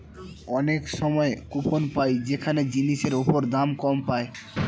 অনেক সময় কুপন পাই যেখানে জিনিসের ওপর দাম কম পায়